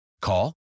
Call